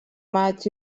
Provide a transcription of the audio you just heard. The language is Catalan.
maig